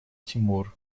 тимур